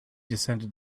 descended